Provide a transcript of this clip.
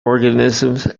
organisms